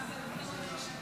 רוצה להתייחס לשני